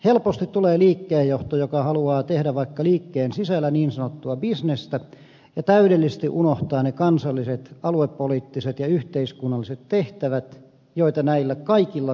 helposti tulee liikkeenjohto joka haluaa tehdä vaikka liikkeen sisällä niin sanottua bisnestä ja täydellisesti unohtaa ne kansalliset aluepoliittiset ja yhteiskunnalliset tehtävät joita näillä kaikilla kolmella on